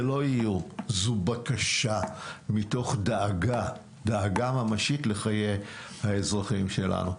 זה לא איום אלא זו בקשה מתוך דאגה ממשית לחיי האזרחים שלנו.